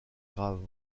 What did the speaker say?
grave